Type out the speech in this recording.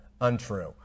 untrue